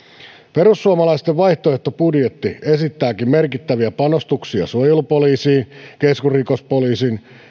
perussuomalaisten vaihtoehtobudjetti esittääkin merkittäviä panostuksia suojelupoliisin keskusrikospoliisin